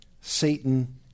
Satan